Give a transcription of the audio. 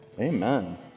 Amen